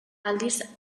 aldiz